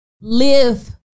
live